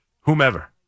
whomever